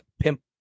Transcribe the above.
pimp